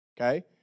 Okay